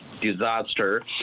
disaster